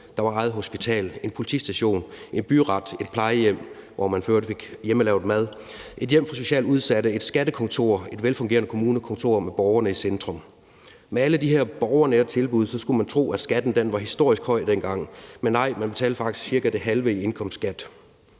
Der var eget hospital, en politistation, en byret, et plejehjem – hvor man for øvrigt fik hjemmelavet mad – et hjem for socialt udsatte, et skattekontor og et velfungerende kommunekontor med borgerne i centrum. Med alle de her borgernære tilbud skulle man tro, at skatten var historisk høj dengang, men nej, man betalte faktisk cirka det halve i indkomstskat.